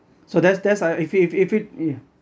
so that's that's uh if it if it yeah